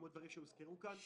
כמו דברים שהוזכרו כאן,